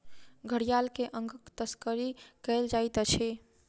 घड़ियाल के अंगक तस्करी कयल जाइत अछि